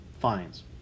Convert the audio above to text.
fines